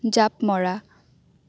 জাপ মৰা